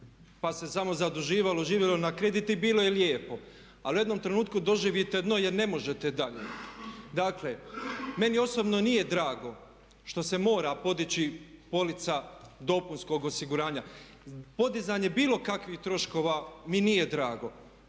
pa se samo zaduživalo, živjelo na kredit i bilo je lijepo. Ali u jednom trenutku doživite dno jer ne možete dalje. Dakle, meni osobno nije drago što se mora podići polica dopunskog osiguranja. Podizanje bilo kakvih troškova mi nije drago.